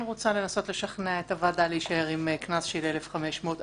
אני רוצה לנסות לשכנע את הוועדה להישאר עם קנס של 1,500 שקלים.